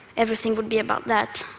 everything would be about that.